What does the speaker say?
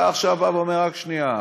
אתה עכשיו בא ואומר: רק שנייה,